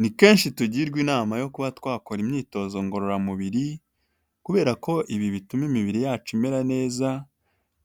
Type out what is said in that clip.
Ni kenshi tugirwa inama yo kuba twakora imyitozo ngororamubiri, kubera ko ibi bituma imibiri yacu imera neza,